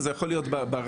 וזה יכול להיות ברחוב,